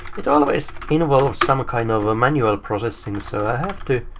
it always involves some kind of manual processing. so i have to